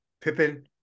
Pippin